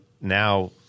now